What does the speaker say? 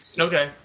Okay